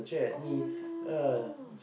oh no